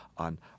on